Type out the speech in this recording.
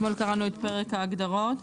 אתמול קראנו את פרק ההגדרות,